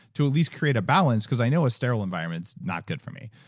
to at least create a balance because i know a sterile environment not good for me.